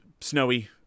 snowy